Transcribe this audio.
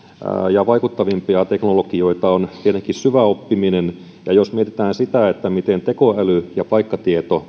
ja vaikuttavimpia teknologioita on tietenkin syväoppiminen jos mietitään sitä miten teko äly ja paikkatieto